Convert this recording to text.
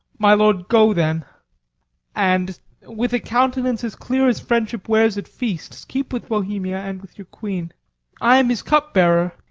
my lord, go then and with a countenance as clear as friendship wears at feasts, keep with bohemia and with your queen i am his cupbearer.